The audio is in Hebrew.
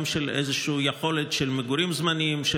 גם של איזו יכולת של מגורים זמניים של